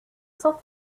sans